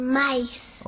mice